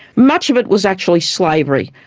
much of it was actually slavery.